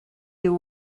you